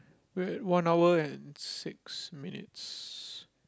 we're at one hour and six minutes